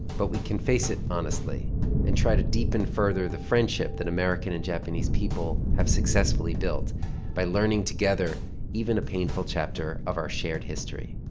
but we can face it honestly and try to deepen further the friendship that american and japanese people have successfully built by learning together even a painful chapter of our shared history.